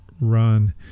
run